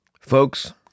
folks